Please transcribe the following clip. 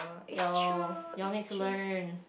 you all you all need to learn